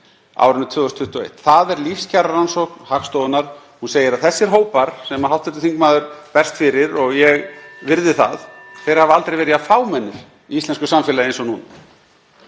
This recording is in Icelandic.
árinu 2021. Það er lífskjararannsókn Hagstofunnar, hún segir að þessir hópar sem hv. þingmaður berst fyrir, og ég virði það, hafi aldrei verið jafn fámennir íslensku samfélagi og núna.